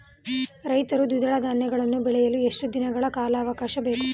ರೈತರು ದ್ವಿದಳ ಧಾನ್ಯಗಳನ್ನು ಬೆಳೆಯಲು ಎಷ್ಟು ದಿನಗಳ ಕಾಲಾವಾಕಾಶ ಬೇಕು?